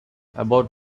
about